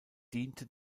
diente